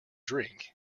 drink